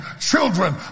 children